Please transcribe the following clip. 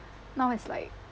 now it's like